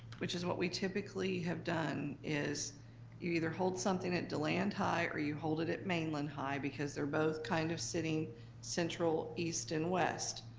which is what we typically have done, is you either hold something at deland high or you hold it at mainland high, because they're both kind of sitting central east and west.